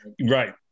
Right